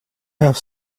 have